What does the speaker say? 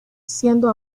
siendo